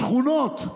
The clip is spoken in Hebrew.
שכונות.